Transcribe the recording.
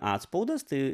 atspaudas tai